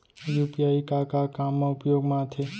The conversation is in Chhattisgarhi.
यू.पी.आई का का काम मा उपयोग मा आथे?